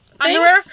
underwear